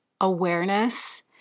awareness